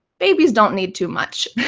babies don't need too much.